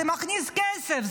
זה מכניס כסף,